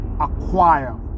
acquire